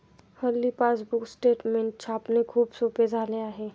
हल्ली passbook statement छापणे खूप सोपे झाले आहे